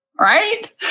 Right